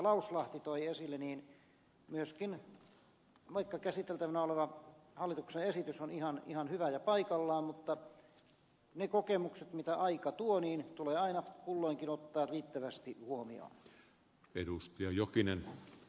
lauslahti toi esille vaikka käsiteltävänä oleva hallituksen esitys on ihan hyvä ja paikallaan myöskin ne kokemukset mitä aika tuo tulee aina kulloinkin ottaa riittävästi huomioon